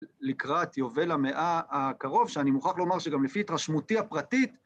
לקראת יובל המאה הקרוב, שאני מוכרח לומר שגם לפי התרשמותי הפרטית